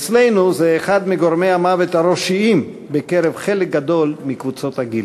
אצלנו זה אחד מגורמי המוות הראשיים בקרב חלק גדול מקבוצות הגיל.